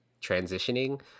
transitioning